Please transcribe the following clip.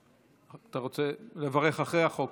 אתה רוצה לברך אחרי החוק?